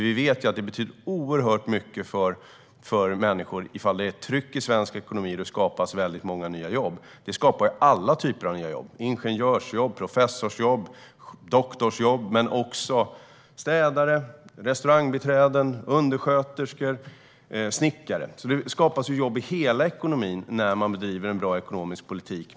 Vi vet att det betyder oerhört mycket för människor att det finns ett tryck i svensk ekonomi, för då skapas många nya jobb. Det skapar alla typer av nya jobb: jobb för ingenjörer, professorer och doktorer men även för städare, restaurangbiträden, undersköterskor och snickare. Det skapas alltså jobb i hela ekonomin när man bedriver en bra ekonomisk politik.